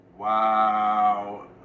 wow